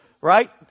right